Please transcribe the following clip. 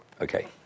Okay